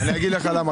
אני אגיד לך למה,